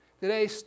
Today